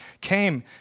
came